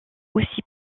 aussi